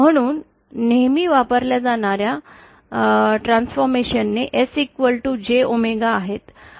म्हणून नेहमी वापरल्या जाणार्या रूपांतरणे SJओमेगा आहेत